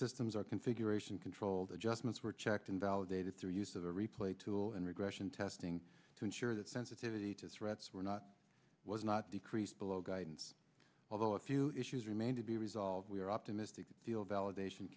systems or configuration controlled adjustments were checked invalidated through use of the replay tool and regression testing to ensure that sensitivity to threats were not was not decreased below guidance although a few issues remain to be resolved we are optimistic that deal validation